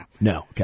No